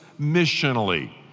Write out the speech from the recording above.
missionally